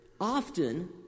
Often